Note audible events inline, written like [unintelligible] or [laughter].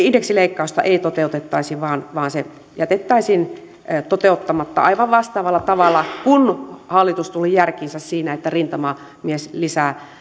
[unintelligible] indeksileikkausta ei toteutettaisi vaan vaan se jätettäisiin toteuttamatta aivan vastaavalla tavalla kuin hallitus tuli järkiinsä siinä että rintamamieslisään